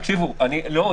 לא,